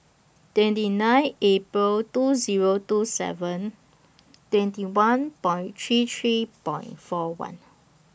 twenty nine April two Zero two seven twenty one Point three three Point four one